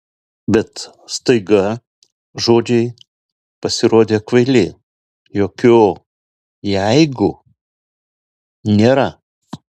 bet staiga žodžiai pasirodė kvaili jokio jeigu nėra